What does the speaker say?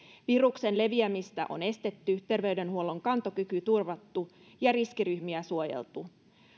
viruksen leviämistä on estetty terveydenhuollon kantokyky turvattu ja riskiryhmiä suojeltu